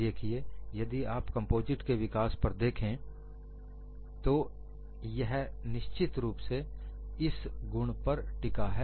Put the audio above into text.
देखिए यदि आप कम्पोजिट के विकास पर देखें तो यह निश्चित रूप से इस उपयोगी गुण पर टिका है